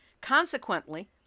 Consequently